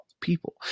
people